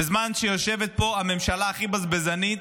בזמן שיושבת פה הממשלה הכי בזבזנית,